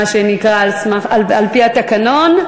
מה שנקרא על-פי התקנון,